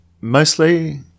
mostly